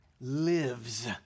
lives